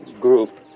group